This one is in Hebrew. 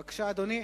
בבקשה, אדוני.